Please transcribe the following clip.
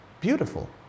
beautiful